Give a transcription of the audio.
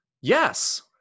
Yes